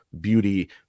Beauty